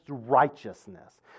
righteousness